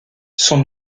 sont